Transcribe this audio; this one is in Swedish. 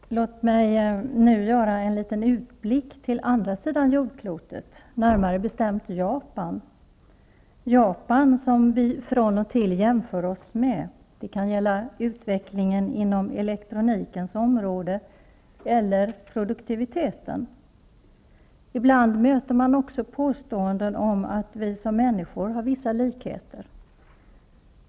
Herr talman! Låt mig nu göra en liten utblick till andra sidan jordklotet, närmare bestämt till Japan. Vi jämför oss från och till med Japan. Det kan gälla utvecklingen inom elektronikens område eller produktiviteten. Ibland möter man också påståenden om att vi som människor har vissa likheter.